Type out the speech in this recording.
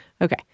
Okay